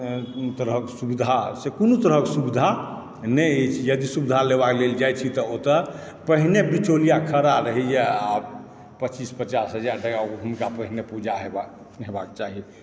कोनो तरहकेँ सुविधा से कोनो तरहकेँ सुविधा नहि अछि यदि सुविधा लेबऽ लेल जाइ छी तऽ ओतऽ पहिने बिचौलिआ खड़ा रहैए आ पच्चीस पचास हजार टाका हुनका पहिने पूजा हेबाक हेबाके चाही